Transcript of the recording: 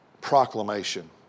proclamation